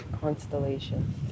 Constellation